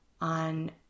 on